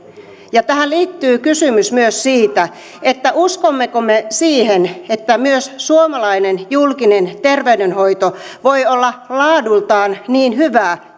ja tähän liittyy myös kysymys siitä uskommeko me siihen että myös suomalainen julkinen terveydenhoito ja sosiaalipuoli voi olla laadultaan niin hyvää